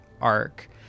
arc